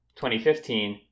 2015